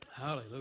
Hallelujah